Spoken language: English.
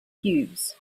cubes